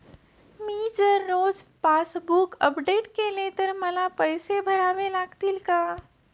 मी जर रोज passbook update केले तर मला पैसे भरावे लागतील का?